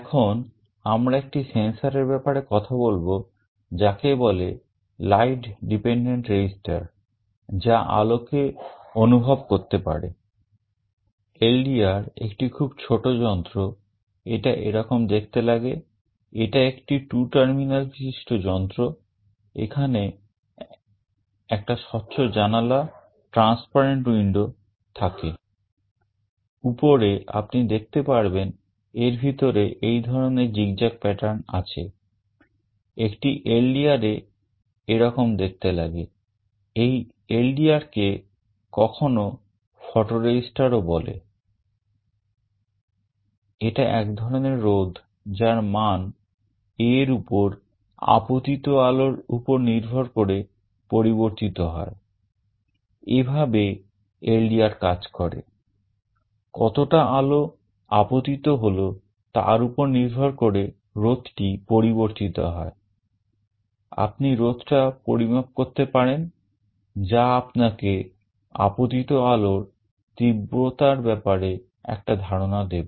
এখন আমরা একটি sensor এর ব্যাপারে কথা বলব যাকে বলে light dependent resistor দেবে